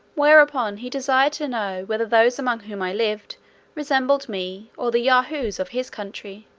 whereupon he desired to know whether those among whom i lived resembled me, or the yahoos of his country?